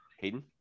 Hayden